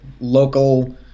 local